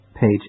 page